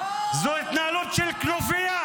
אוהו --- זו התנהלות של כנופיה,